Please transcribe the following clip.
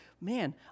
man